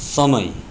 समय